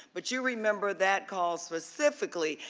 but you remember that call specifically,